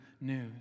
news